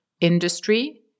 industry